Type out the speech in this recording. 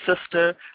Sister